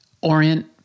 Orient